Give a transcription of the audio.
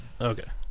Okay